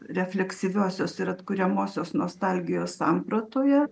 refleksyviosios ir atkuriamosios nostalgijos sampratoje